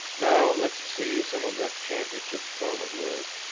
now let's see some of that championship form of yours!